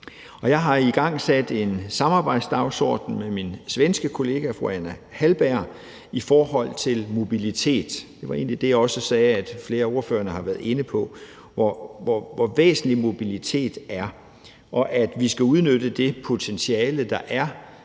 Jeg har igangsat en samarbejdsdagsorden med min svenske kollega, fru Anna Hallberg, i forhold til mobilitet. Det var egentlig det, jeg også sagde at flere af ordførerne har været inde på: hvor væsentligt mobilitet er, og at vi skal udnytte det potentiale, der er